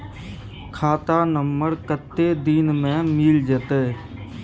खाता नंबर कत्ते दिन मे मिल जेतै?